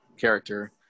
character